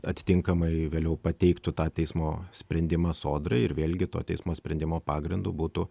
atitinkamai vėliau pateiktų tą teismo sprendimą sodrai ir vėlgi to teismo sprendimo pagrindu būtų